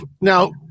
Now